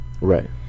right